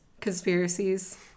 conspiracies